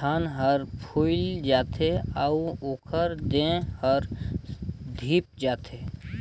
थन हर फुइल जाथे अउ ओखर देह हर धिप जाथे